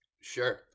Sure